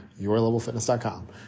yourlevelfitness.com